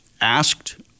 asked